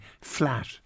flat